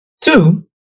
Two